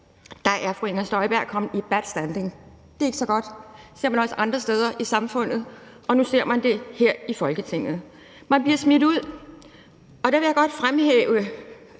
dag er fru Inger Støjberg kommet i bad standing. Det er ikke så godt. Det ser man også andre steder i samfundet, og nu ser man det her i Folketinget. Man bliver smidt ud. Her vil jeg gerne fremhæve,